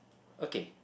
okay